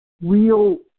real